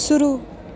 शुरू